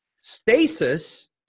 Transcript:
Stasis